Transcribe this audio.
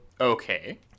Okay